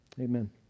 Amen